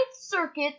Circuit